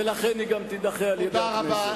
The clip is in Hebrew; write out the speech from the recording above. ולכן היא גם תידחה על-ידי הכנסת.